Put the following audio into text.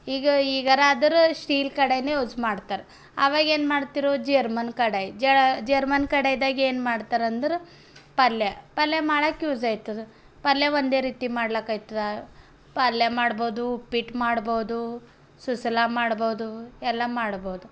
ಈಗ ಈಗಾರಾದ್ರ ಸ್ಟೀಲ್ ಕಡಾಯಿನೇ ಯೂಸ್ ಮಾಡ್ತಾರೆ ಅವಾಗೇನು ಮಾಡ್ತಿದ್ರು ಜರ್ಮನ್ ಕಡಾಯಿ ಜರ್ಮನ್ ಕಡಾಯಿದಾಗ ಏನ್ಮಾಡ್ತಾರಂದ್ರೆ ಪಲ್ಯ ಪಲ್ಯ ಮಾಡೋಕೆ ಯೂಸ್ ಆಯ್ತದ ಪಲ್ಯ ಒಂದೇ ರೀತಿ ಮಾಡ್ಲಕ್ಕ ಆಯ್ತದ ಪಲ್ಯ ಮಾಡ್ಬೋದು ಉಪ್ಪಿಟ್ಟು ಮಾಡ್ಬೋದು ಸೂಸಲ ಮಾಡ್ಬೋದು ಎಲ್ಲ ಮಾಡ್ಬೋದು